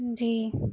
جی